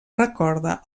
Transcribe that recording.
recorda